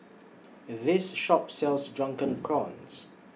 This Shop sells Drunken Prawns